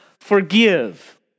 forgive